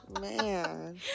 Man